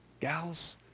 gals